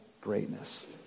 greatness